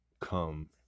come